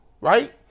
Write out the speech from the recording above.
right